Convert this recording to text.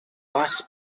bus